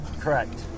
Correct